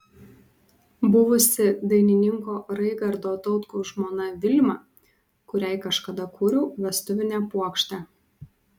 buvusi dainininko raigardo tautkaus žmona vilma kuriai kažkada kūriau vestuvinę puokštę